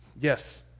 yes